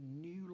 new